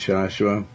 Joshua